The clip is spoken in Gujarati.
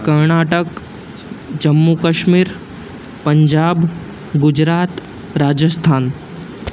કર્ણાટક જમ્મુ કાશ્મીર પંજાબ ગુજરાત રાજસ્થાન